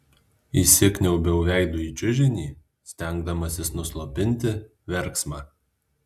įsikniaubiau veidu į čiužinį stengdamasis nuslopinti verksmą